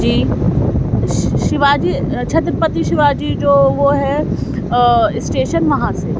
جی شیواجی چھترپتی شیواجی جو وہ ہے اسٹیشن وہاں سے